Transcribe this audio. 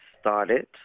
started